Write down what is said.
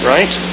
Right